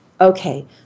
Okay